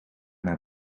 naar